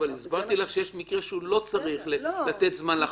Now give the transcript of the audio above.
זה --- אבל הסברתי לך שיש מקרים שהוא לא צריך לתת זמן לחקירה.